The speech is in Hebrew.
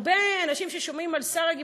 הרבה אנשים ששומעים על שרה,